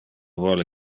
vole